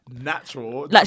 natural